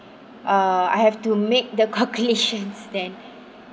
uh I have to make the calculations then